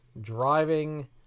driving